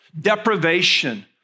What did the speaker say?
deprivation